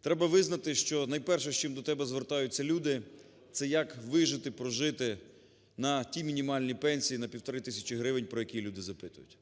треба визнати, що найперше, з чим до тебе звертаються люди, - це як вижити, прожити на ті мінімальні пенсії, на півтори тисячі гривень, про які люди запитують.